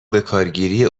بکارگیری